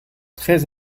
très